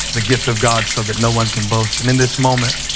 a gift of god so that no one can boast. and in this moment,